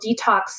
detox